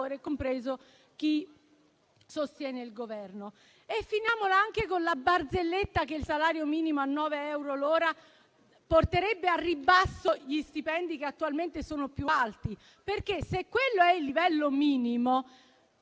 compreso chi sostiene il Governo. E finiamola anche con la barzelletta che il salario minimo a 9 euro l'ora porterebbe al ribasso gli stipendi che attualmente sono più alti, perché, se quello è il livello minimo,